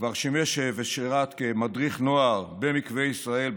כבר שימש ושירת מדריך נוער במקווה ישראל,